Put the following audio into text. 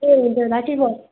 ए हुन्छ राखेको